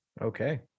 Okay